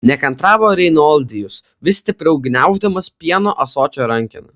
nekantravo reinoldijus vis stipriau gniauždamas pieno ąsočio rankeną